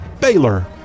Baylor